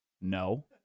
No